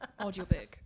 Audiobook